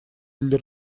для